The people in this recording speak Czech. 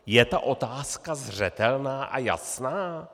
Je ta otázka zřetelná a jasná?